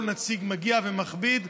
כל נציג מגיע ומכביד,